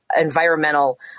environmental